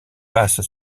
passe